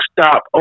stop